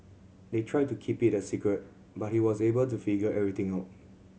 they tried to keep it a secret but he was able to figure everything out